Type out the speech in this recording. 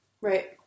right